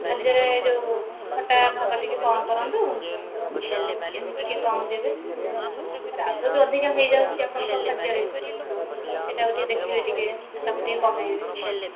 ଖାଦ୍ୟରେ ଯେଉଁ ଖଟା ଭାଗ ଟିକେ କମ୍ କରନ୍ତୁ ଆଉ ଚିନି ଟିକେ କମ୍ ଦେବେ ରାଗ ବି ଅଧିକ ହେଇଯାଉଛି ଆପଣଙ୍କ ଖାଦ୍ୟରେ ସେଇଟା ଆଉ ଟିକେ ଦେଖିବେ ଟିକେ ତାକୁ ଟିକେ କମେଇବେ